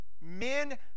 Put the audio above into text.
Men